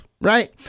Right